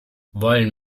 wollen